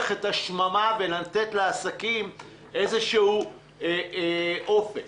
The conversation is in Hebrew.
את השממה ולתת לעסקים איזשהו אופק.